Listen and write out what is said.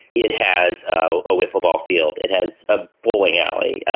it has a a wiffle ball field. it has a bowling alley.